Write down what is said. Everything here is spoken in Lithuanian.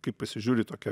kai pasižiūri tokią